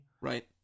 Right